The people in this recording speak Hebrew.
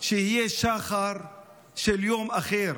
שיהיה שחר של יום אחר,